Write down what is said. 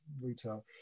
retail